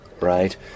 right